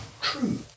True